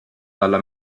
dalla